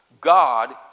God